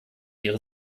ihre